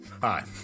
Hi